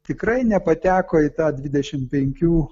tikrai nepateko į tą dvidešimt penkių